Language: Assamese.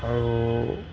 আৰু